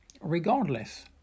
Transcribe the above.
Regardless